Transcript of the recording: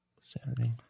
saturday